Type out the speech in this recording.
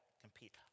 compete